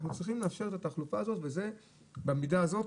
אנחנו צריכים לאפשר את התחלופה הזאת וזה במידה הזאת